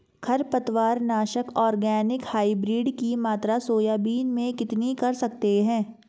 खरपतवार नाशक organic hybrid की मात्रा सोयाबीन में कितनी कर सकते हैं?